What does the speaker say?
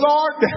Lord